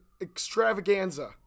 extravaganza